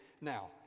now